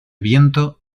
viento